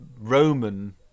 Roman